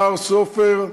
מר סופר,